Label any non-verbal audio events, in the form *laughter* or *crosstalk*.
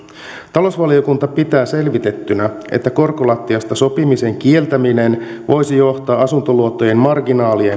talousvaliokunta pitää selvitettynä että korkolattiasta sopimisen kieltäminen voisi johtaa asuntoluottojen marginaalien *unintelligible*